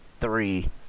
three